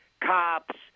Cops